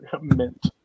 mint